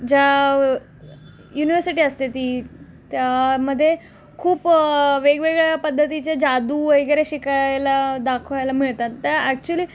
ज्या युनिवर्सिटी असते ती त्यामध्ये खूप वेगवेगळ्या पद्धतीचे जादू वगैरे शिकायला दाखवायला मिळतात त्या ॲक्च्युली